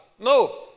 No